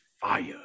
fire